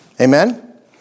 Amen